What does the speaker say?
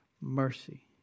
mercy